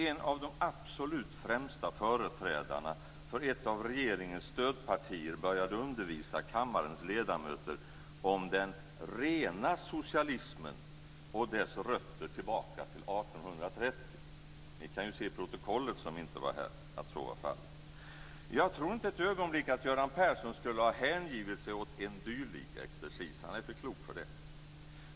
En av de absolut främsta företrädarna för ett av regeringens stödpartier började undervisa kammarens ledamöter om den rena socialismen och dess rötter tillbaka till 1830. Ni som inte var här kan se i protokollet att så var fallet. Jag tror inte ett ögonblick att Göran Persson skulle ha hängivit sig åt en dylik exercis; han är för klok för det.